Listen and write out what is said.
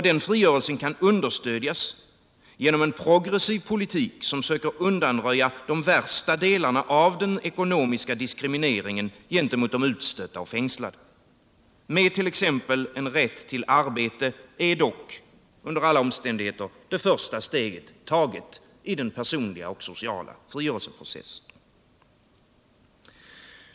Den kan understödjas genom en progressiv politik som söker undanröja de värsta nackdelarna av den ekonomiska diskrimineringen gentemot de utstötta och fängslade. Men med rätt till arbete är dock det första steget taget i den personliga och sociala frigörelseprocessen.